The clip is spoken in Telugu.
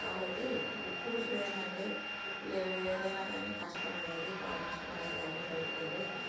కాబట్టి పు పురుషుడు ఏందంటే ఏ ఏదైనా కానీ కష్టం అనేది పా నష్టం అనేది అన్ని బయటికి వెళ్ళి